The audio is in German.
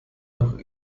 nach